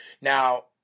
Now